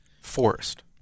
forest